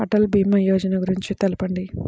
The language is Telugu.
అటల్ భీమా యోజన గురించి తెలుపండి?